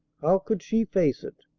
how could she face it,